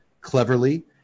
cleverly